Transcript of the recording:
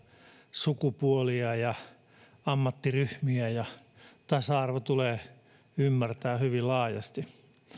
sukupuolia ja ammattiryhmiä tasa arvo tulee ymmärtää hyvin laajasti